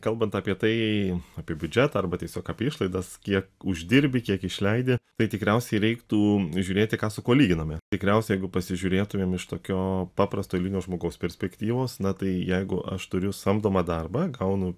kalbant apie tai apie biudžetą arba tiesiog apie išlaidas kiek uždirbi kiek išleidi tai tikriausiai reiktų žiūrėti ką su kuo lyginame tikriausiai jeigu pasižiūrėtumėm iš tokio paprasto eilinio žmogaus perspektyvos na tai jeigu aš turiu samdomą darbą gaunu